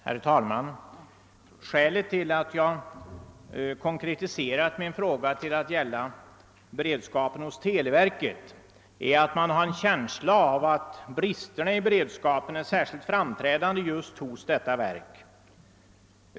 Herr talman! Skälet till att jag konkretiserat min fråga till att gälla beredskapen hos televerket är att jag har en känsla av att bristerna i beredskapen är särskilt framträdande hos detta verk.